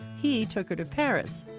he took her to paris,